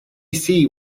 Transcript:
see